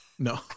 No